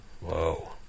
Whoa